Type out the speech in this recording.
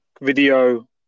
video